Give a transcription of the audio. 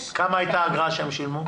מה היה גובה האגרה שהם שילמו?